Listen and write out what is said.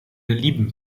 lieben